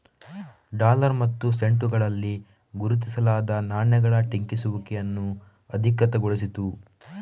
dollar ಮತ್ತು ಸೆಂಟುಗಳಲ್ಲಿ ಗುರುತಿಸಲಾದ ನಾಣ್ಯಗಳ ಟಂಕಿಸುವಿಕೆಯನ್ನು ಅಧಿಕೃತಗೊಳಿಸಿತು